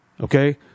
Okay